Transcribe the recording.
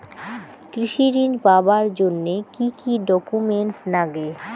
কৃষি ঋণ পাবার জন্যে কি কি ডকুমেন্ট নাগে?